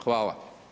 Hvala.